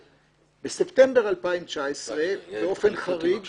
ובספטמבר 2019 באופן חריג- -- יעל,